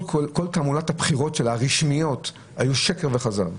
כל תעמולת הבחירות שלה הייתה שקר וכזב,